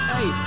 Hey